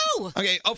Okay